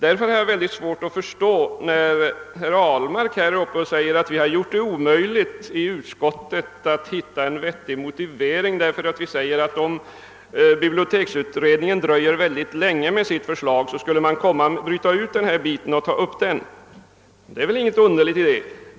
Därför har jag mycket svårt att förstå herr Ahlmark när han säger att vi gjort det omöjligt i utskottet att hitta en vettig motivering genom att vi säger att för den händelse litteraturutredningen dröjer länge med sitt förslag så skulle man bryta ut denna del och ta upp den särskilt. Det är väl inte så underligt.